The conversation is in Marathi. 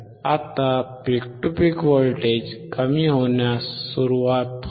आता पीक टू पीक व्होल्टेज कमी होण्यास सुरुवात होते